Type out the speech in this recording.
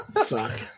Fuck